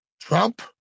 Trump